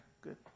good